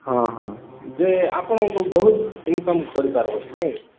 ହଁ ହଁ ଯେ ଆପଣଙ୍କୁ ବହୁତ ଇନକମ୍ କରିପାରିବେ କି ନାହିଁ